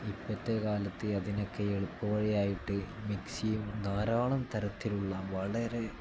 ഇപ്പോഴത്തെ കാലത്ത് അതിനൊക്കെ എളുപ്പം വഴിയായിട്ട് മിക്സിയും ധാരാളം തരത്തിലുള്ള വളരെ